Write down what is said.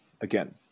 again